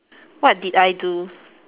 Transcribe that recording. what did I do